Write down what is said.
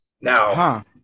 Now